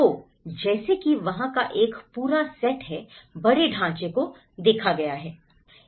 तो जैसे कि वहाँ का एक पूरा सेट है बड़े ढांचे को देखा गया है